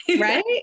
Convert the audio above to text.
Right